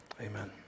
Amen